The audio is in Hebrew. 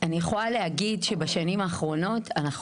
אני יכולה להגיד שבשנים האחרונות אנחנו